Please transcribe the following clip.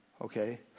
Okay